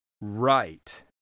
right